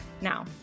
Now